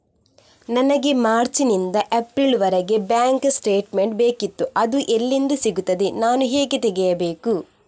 ನನಗೆ ಮಾರ್ಚ್ ನಿಂದ ಏಪ್ರಿಲ್ ವರೆಗೆ ಬ್ಯಾಂಕ್ ಸ್ಟೇಟ್ಮೆಂಟ್ ಬೇಕಿತ್ತು ಅದು ಎಲ್ಲಿಂದ ಸಿಗುತ್ತದೆ ನಾನು ಹೇಗೆ ತೆಗೆಯಬೇಕು?